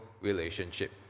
relationship